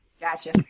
Gotcha